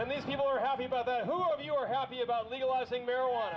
and then people are happy about that oh you're happy about legalizing marijuana